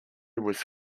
was